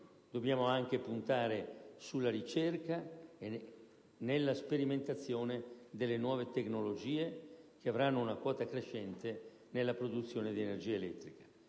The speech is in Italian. Dobbiamo anche puntare sulla ricerca e la sperimentazione delle nuove tecnologie, che avranno una quota crescente nella produzione di energia elettrica.